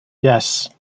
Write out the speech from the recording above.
yes